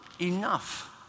enough